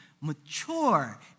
mature